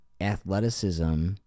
athleticism